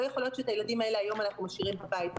לא יכול להיות שאת הילדים האלה היום אנחנו משאירים בבית.